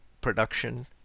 production